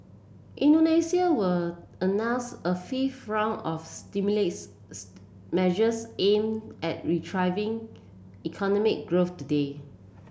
Indonesia were announce a fifth round of measures aimed at retrying economic growth today